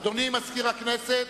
אדוני מזכיר הכנסת,